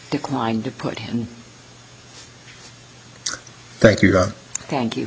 declined to put in thank you thank you